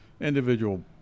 individual